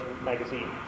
magazine